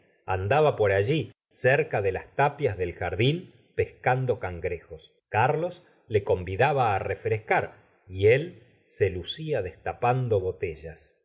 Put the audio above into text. andaba por alli cerca de las tapias del jardín pescando cangrejos caries le convidaba á refrescar y él se lucia destapando botellas